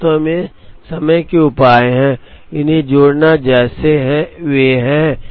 वास्तव में समय के उपाय हैं उन्हें जोड़ना है जैसे वे हैं